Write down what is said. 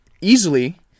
easily